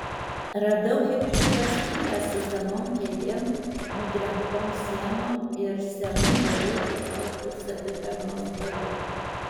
radau hipišką skylę su senom kėdėm nudrengtom sienom ir senu variu apkaltu savitarnos baru